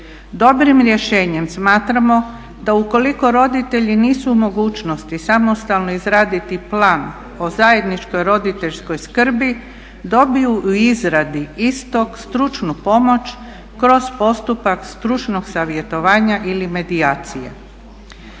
Dobrim rješenjem smatramo da ukoliko roditelji nisu u mogućnosti samostalno izraditi plan o zajedničkoj roditeljskoj skrbi dobiju u izradi istog stručnu pomoć kroz postupak stručnog savjetovanja ili medijacije.